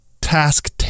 task